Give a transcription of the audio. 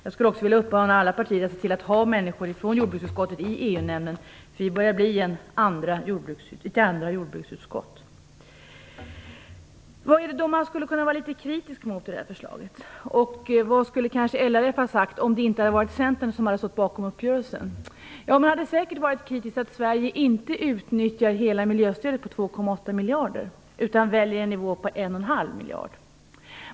Jag skulle också vilja uppmana alla partier att se till att ha ledamöter från jordbruksutskottet i EU-nämnden. EU-nämnden börjar bli ett andra jordbruksutskott. Vad kan man då rikta kritik mot i förslaget? Vad skulle LRF ha kunnat säga om inte just Centern hade stått bakom uppgörelsen? Man hade säkert varit kritisk mot att Sverige inte utnyttjar hela miljöstödet på 2,8 miljarder utan väljer en nivå på 1,5 miljard.